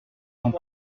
sont